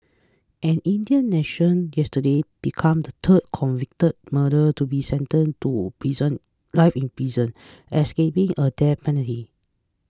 an Indian national yesterday became the third convicted murderer to be sentenced to prison life in prison escaping a death penalty